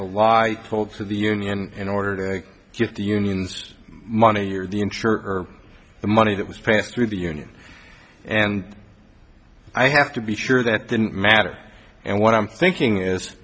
a lie told to the union in order to give the unions money or the insurer or the money that was passed through the union and i have to be sure that didn't matter and what i'm thinking is